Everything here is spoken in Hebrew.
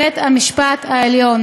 נשיא בית-המשפט העליון